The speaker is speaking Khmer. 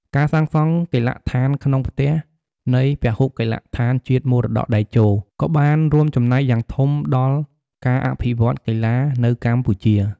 ការសាងសង់កីឡដ្ឋានក្នុងផ្ទះ នៃពហុកីឡដ្ឋានជាតិមរតកតេជោ ក៏បានរួមចំណែកយ៉ាងធំដល់ការអភិវឌ្ឍកីឡានៅកម្ពុជា។